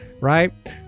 Right